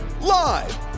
Live